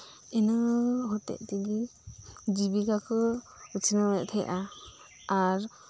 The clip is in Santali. ᱤᱱᱟᱹ ᱦᱚᱛᱮᱫ ᱛᱮᱜᱮ ᱡᱤᱵᱤᱠᱟᱠᱚ ᱩᱛᱱᱟᱹᱣᱮᱫ ᱛᱟᱦᱮᱸᱫᱼᱟ ᱟᱨ